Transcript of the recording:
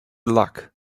luck